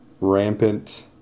rampant